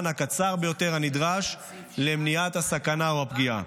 הקצר ביותר הנדרש למניעת הסכנה או הפגיעה.